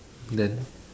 then